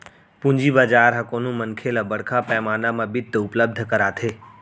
पूंजी बजार ह कोनो मनखे ल बड़का पैमाना म बित्त उपलब्ध कराथे